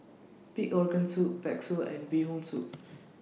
Pig Organ Soup Bakso and Bee Hoon Soup